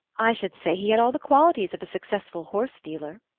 i should say he had all the qualities of a successful horsedealer.